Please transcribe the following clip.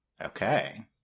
Okay